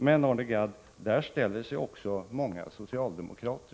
Men, Arne Gadd, det gör i dag också många socialdemokrater.